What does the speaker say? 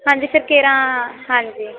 ਹਾਂਜੀ ਸਰ ਕੇਰਾਂ ਹਾਂਜੀ